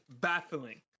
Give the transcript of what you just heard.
baffling